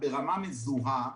ברמה מזוהה,